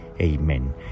Amen